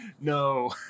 No